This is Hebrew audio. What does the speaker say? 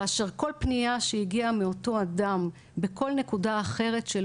כאשר כל פניה שהגיעה מאותו אדם בכל נקודה אחרת של